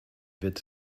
wird